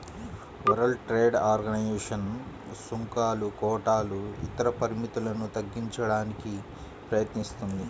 world trade organisation సుంకాలు, కోటాలు ఇతర పరిమితులను తగ్గించడానికి ప్రయత్నిస్తుంది